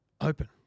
open